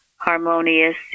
harmonious